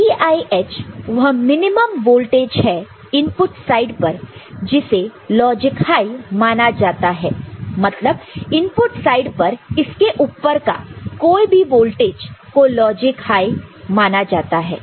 VIH वह minimum voltage है input side पर जिसे लॉजिक हाई माना जाता है मतलब इनपुट साइड पर इसके ऊपर का कोई भी वोल्टेज को लॉजिक हाई माना जाता है